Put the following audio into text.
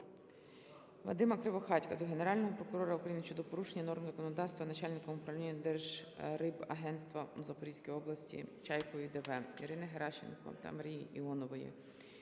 Вадима Кривохатька до Генерального прокурора України щодо порушення норм законодавства начальником управління Держрибагенства у Запорізькій області Чайкою Д.В. Ірини Геращенко та Марії Іонової